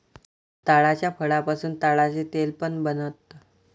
ताडाच्या फळापासून ताडाच तेल पण बनत